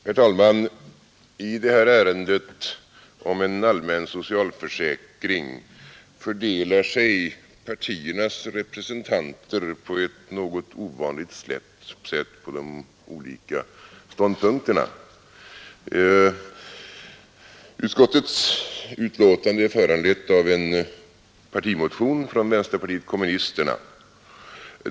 Herr talman! I det här ärendet om en allmän socialförsäkring fördelar sig partiernas representanter på ett något ovanligt sätt på de olika ståndpunkterna. Utskottets betänkande är från vänsterpartiet kommunisterna.